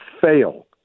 fail